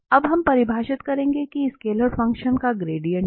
अब हम परिभाषित करेंगे कि स्केलर फंक्शन का ग्रेडिएंट है